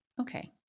Okay